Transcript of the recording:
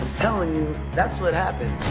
telling you, that's what happened.